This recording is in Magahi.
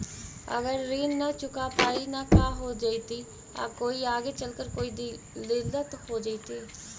अगर ऋण न चुका पाई न का हो जयती, कोई आगे चलकर कोई दिलत हो जयती?